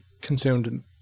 consumed